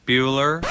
Bueller